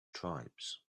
tribes